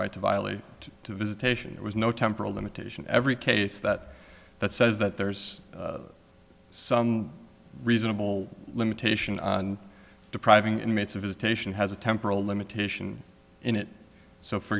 right to violate visitation there was no temporal limitation every case that that says that there's some reasonable limitation on depriving inmates of visitation has a temporal limitation in it so for